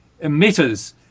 emitters